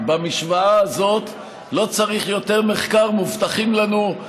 במשוואה הזאת לא צריך יותר מחקר: מובטחים לנו,